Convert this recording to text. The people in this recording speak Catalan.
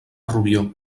rubió